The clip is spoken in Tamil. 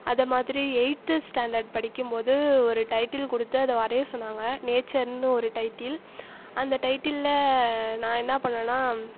அதே மாதிரி எய்ட்டு ஸ்டாண்டர்ட் படிக்கும் போது ஒரு டைட்டில் கொடுத்து அதை வரைய சொன்னாங்க நேச்சர்னு ஒரு டைட்டில் அந்த டைட்டிலில் நான் என்னா பண்ணேனா